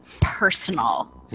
personal